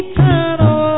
Eternal